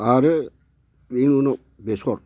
आरो बिनि उनाव बेसर